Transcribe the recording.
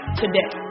today